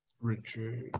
Richard